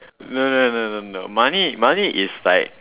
no no no no no money is money is like